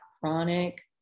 chronic